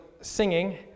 singing